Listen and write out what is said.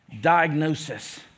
diagnosis